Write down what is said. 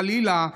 חלילה,